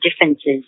differences